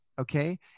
Okay